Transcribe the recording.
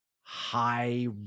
high